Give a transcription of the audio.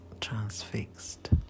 transfixed